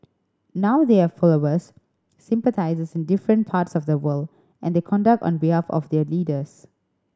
now they have followers sympathisers in different parts of the world and conduct on behalf of their leaders